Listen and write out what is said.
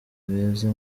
beza